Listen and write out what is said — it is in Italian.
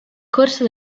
corso